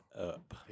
up